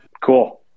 Cool